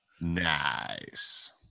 Nice